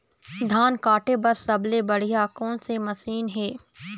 धान काटे बर सबले बढ़िया कोन से मशीन हे?